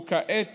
וכעת